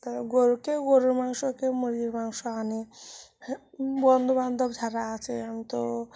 তারপর গরু কেউ গরুর মাংস কেউ মুরগির মাংস আনে বন্ধুবান্ধব যারা আছে তো